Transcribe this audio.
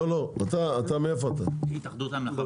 שלום, אני נציג התאחדות המלאכה